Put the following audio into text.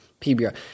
PBR